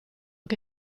che